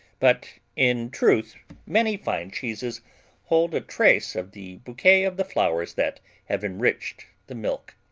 but in truth many fine cheeses hold a trace of the bouquet of the flowers that have enriched the milk.